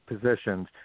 positions